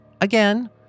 Again